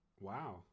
Wow